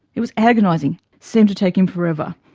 it was agonizing. seemed to take him forever.